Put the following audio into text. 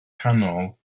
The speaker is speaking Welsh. canol